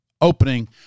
opening